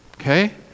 Okay